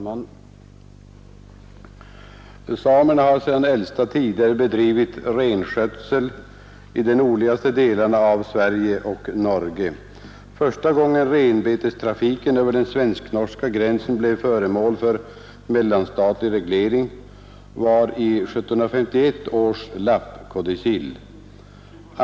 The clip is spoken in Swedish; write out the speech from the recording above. Herr talman! Samerna har sedan äldsta tider bedrivit renskötsel i de nordligaste delarna av Sverige och Norge. Första gången renbetestrafiken över den svensk-norska gränsen blev föremål för mellanstatlig reglering var i 1751 års lappkodicill.